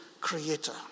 creator